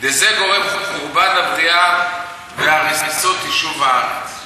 דזה גורם חורבן הבריאה והריסות יישוב הארץ.